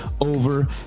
Over